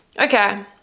okay